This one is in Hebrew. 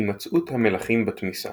הימצאות המלחים בתמיסה